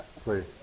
please